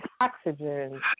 Oxygen